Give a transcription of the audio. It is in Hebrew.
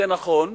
זה נכון,